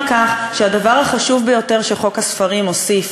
כך שהדבר החשוב ביותר שחוק הספרים הוסיף